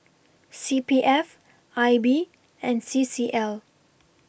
C P F I B and C C L